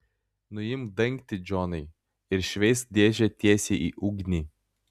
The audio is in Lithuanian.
nuimk dangtį džonai ir šveisk dėžę tiesiai į ugnį